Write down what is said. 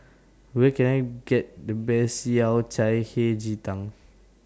Where Can I get The Best Yao Cai Hei Ji Tang